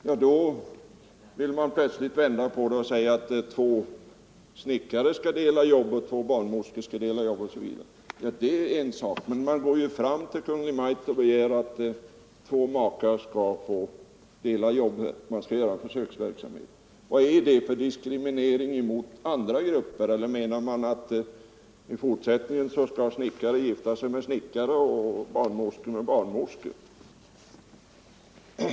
Men då vänder man plötsligt på det och säger att två snickare eller två barnmorskor skall kunna dela jobb och begär att en försöksverksamhet skall startas. Det är ju en diskriminering mot andra grupper. Eller menar man att i fortsättningen skall snickare gifta sig med snickare och barnmorskor med barnmorskor?